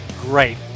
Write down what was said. great